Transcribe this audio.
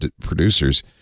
producers